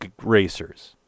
racers